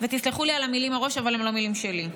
ותסלחו לי על המילים מראש, אבל הן לא מילים שלי: